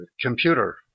computer